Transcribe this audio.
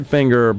Finger